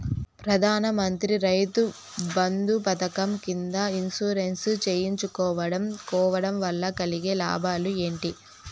ప్రధాన మంత్రి రైతు బంధు పథకం కింద ఇన్సూరెన్సు చేయించుకోవడం కోవడం వల్ల కలిగే లాభాలు ఏంటి?